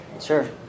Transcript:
Sure